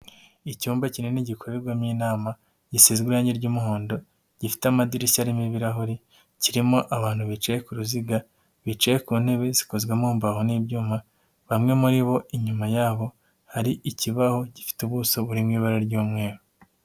Icyumba kinini gikorerwamo inama, gisize irangi ry'umuhondo, gifite amadirishya aririmo ibirahuri, kirimo abantu bicaye ku ruziga, bicaye ku ntebe zikozwe mu mbaho n'ibyuma, bamwe muri bo inyuma yabo hari ikibaho gifite ubuso buri mu ibara ry'umweru.